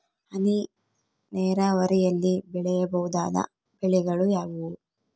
ಹನಿ ನೇರಾವರಿಯಲ್ಲಿ ಬೆಳೆಯಬಹುದಾದ ಬೆಳೆಗಳು ಯಾವುವು?